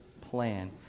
plan